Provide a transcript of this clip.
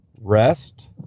rest